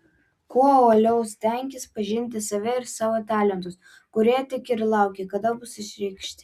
kuo uoliau stenkis pažinti save ir savo talentus kurie tik ir laukia kada bus išreikšti